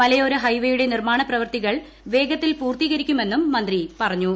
മലയോര ഹൈവേയുടെ നിർമ്മാണ പ്രവൃത്തികൾ വേഗത്തിൽ പൂർത്തീകരിക്കുമെന്നും മന്ത്രി പറഞ്ഞു